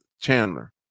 Chandler